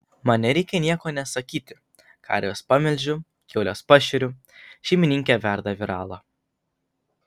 man nereikia nieko nė sakyti karves pamelžiu kiaules pašeriu šeimininkė verda viralą